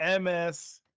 MS